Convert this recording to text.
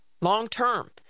long-term